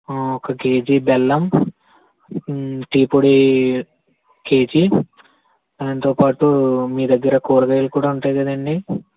ఒక కేజీ బెల్లం టీ పొడి కేజీ దాంతో పాటు మీదగ్గర కురగాయలు కూడా ఉంటాయి కదండి